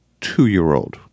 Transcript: two-year-old